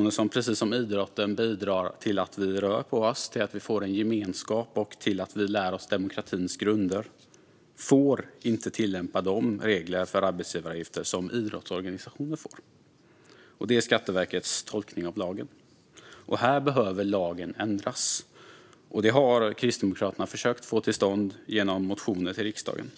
och som precis som idrotten bidrar till att vi rör på oss, till att vi får en gemenskap och till att vi lär oss demokratins grunder, får inte tillämpa de regler för arbetsgivaravgifter som idrottsorganisationer får tillämpa. Det är Skatteverkets tolkning av lagen. Här behöver lagen ändras. Det har Kristdemokraterna försökt att få till stånd genom motioner till riksdagen.